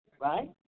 right